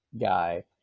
guy